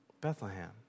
Bethlehem